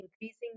increasing